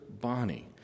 Bonnie